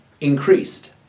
increased